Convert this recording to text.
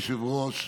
אדוני היושב-ראש,